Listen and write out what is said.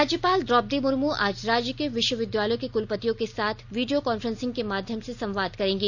राज्यपाल द्रौपदी मुर्मू आज राज्य के विष्वविद्यालयों के कुलपतियों के साथ वीडियो कॉन्फ्रेंसिंग के माध्यम से संवाद करेंगी